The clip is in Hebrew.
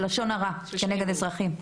של לשון הרע נגד אזרחים.